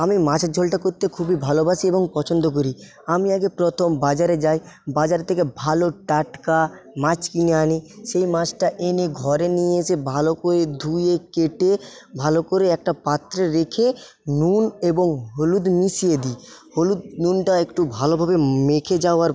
আমি মাছের ঝোলটা করতে খুবই ভালোবাসি এবং পছন্দ করি আমি আগে প্রথম বাজারে যাই বাজার থেকে ভালো টাটকা মাছ কিনে আনি সেই মাছটা এনে ঘরে নিয়ে এসে ভালো করে ধুয়ে কেটে ভালো করে একটা পাত্রে রেখে নুন এবং হলুদ মিশিয়ে দিই হলুদ নুনটা একটু ভালোভাবে মেখে যাওয়ার